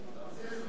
גם זה זמני.